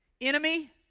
Enemy